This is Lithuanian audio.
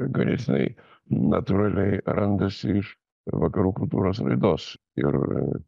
ganėtinai natūraliai randasi iš vakarų kultūros raidos ir